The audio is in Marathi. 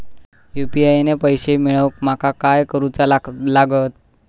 यू.पी.आय ने पैशे मिळवूक माका काय करूचा लागात?